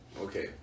okay